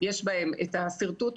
יש בהם את השרטוט,